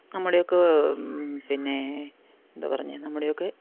നമ്മുടെയൊക്കെ പിന്നെ എന്തോ പറഞ്ഞെ നമ്മുടെയൊക്കെ